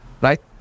right